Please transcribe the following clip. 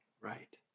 Right